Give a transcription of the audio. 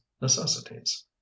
necessities